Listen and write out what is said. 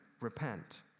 repent